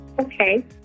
Okay